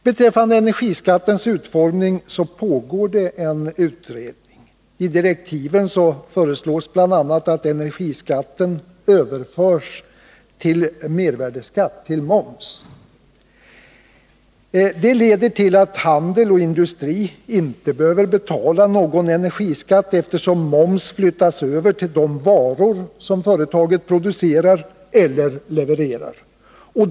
Beträffande energiskattens utformning pågår en utredning. I direktiven föreslås bl.a. att energiskatten överförs till mervärdeskatt. Det leder till att handel och industri inte behöver betala någon energiskatt, eftersom moms flyttas över till de varor som företaget producerar eller levererar.